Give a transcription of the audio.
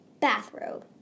bathrobe